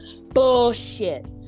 Bullshit